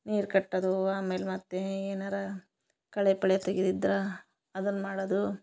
ನೀರು ಕಟ್ಟದು ಆಮೇಲೆ ಮತ್ತು ಏನಾರ ಕಳೆ ಪಳೆ ತೆಗಿದಿದ್ದರ ಅದನ್ನ ಮಾಡದು